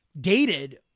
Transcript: dated